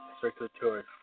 Circulatory